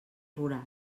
rural